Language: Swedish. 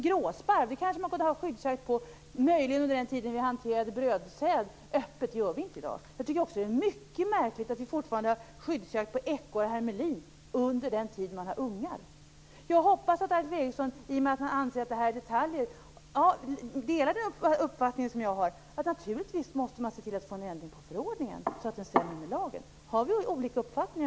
Gråsparv kunde man möjligen ha tillåtit skyddsjakt på under den tid vi hanterade brödsäd öppet. Det gör vi inte i dag. Jag tycker också att det är mycket märkligt att vi har skyddsjakt på ekorre och hermelin under den tid de har ungar. Jag hoppas att Alf Eriksson, eftersom han anser att det här är detaljer, delar min uppfattning att man naturligtvis måste få till en ändring av förordningen så att den stämmer med lagen. Har vi olika uppfattningar?